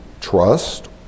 trust